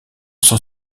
sans